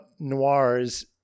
Noirs